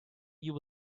you